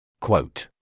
Quote